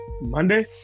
Monday